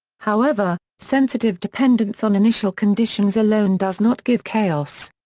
however, sensitive dependence on initial conditions alone does not give chaos.